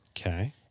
Okay